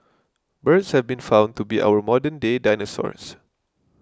birds have been found to be our modernday dinosaurs